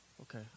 Okay